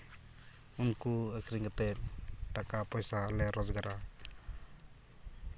ᱩᱱᱠᱩ ᱟᱹᱠᱷᱨᱤᱧ ᱠᱟᱛᱮᱫ ᱴᱟᱠᱟ ᱯᱚᱭᱥᱟᱞᱮ ᱨᱳᱡᱽᱜᱟᱨᱟ